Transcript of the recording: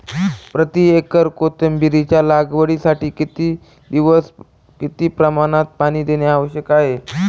प्रति एकर कोथिंबिरीच्या लागवडीसाठी किती दिवस किती प्रमाणात पाणी देणे आवश्यक आहे?